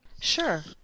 sure